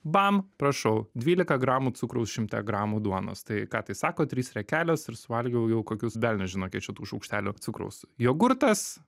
bam prašau dvylika gramų cukraus šimte gramų duonos tai ką tai sako trys riekelės ir suvalgiau jau kokius velnias žino kiek čia tų šaukštelių cukraus jogurtas